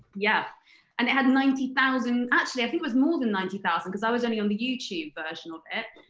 yeah and it had ninety thousand actually, i think it was more than ninety thousand. because i was only on the youtube version of it.